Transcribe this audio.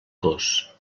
gos